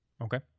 Okay